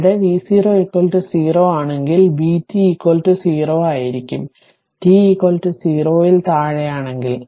ഇവിടെ v0 0 ആണെങ്കിൽ vt 0 ആയിരിക്കും t0 ൽ താഴെയാണെങ്കിൽ